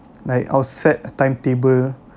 like I would set a timetable